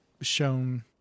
shown